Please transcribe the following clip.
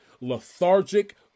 lethargic